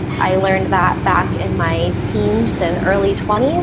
i learned that back in my teens and early twenty s,